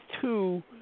two